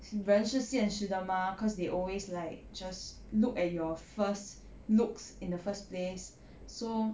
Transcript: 人是现实的 mah cause they always like just look at your first looks in the first place so